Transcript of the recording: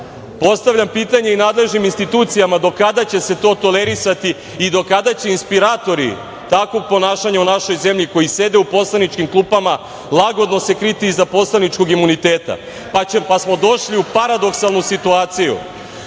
ubistvo? Postavljam pitanje i nadležnim institucijama do kada će se to tolerisati i do kada će inspiratori takvog ponašanja u našoj zemlji, koji sede u poslaničkim klupama, lagodno se kriti iza poslaničkog imuniteta, pa smo došli u paradoksalnu situaciju